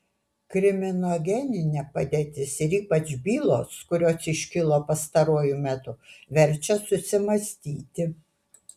kriminogeninė padėtis ir ypač bylos kurios iškilo pastaruoju metu verčia susimąstyti